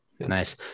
Nice